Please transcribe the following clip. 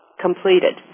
completed